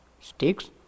sticks